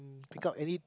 take out any